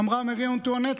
אמרה מארי אנטואנט,